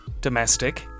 Domestic